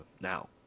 Now